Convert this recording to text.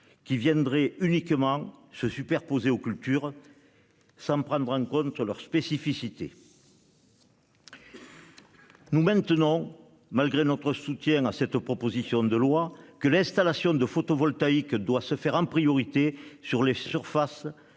qui viendrait se superposer aux cultures sans prendre en compte leurs spécificités. Nous maintenons, malgré notre soutien à cette proposition de loi, que les installations photovoltaïques doivent être placées en priorité sur des surfaces